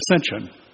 ascension